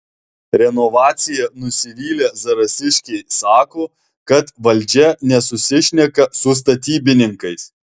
renovacija nusivylę zarasiškiai sako kad valdžia nesusišneka su statybininkais